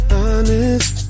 honest